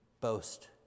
boast